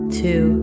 two